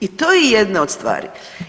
I to je jedna od stvari.